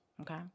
okay